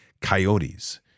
coyotes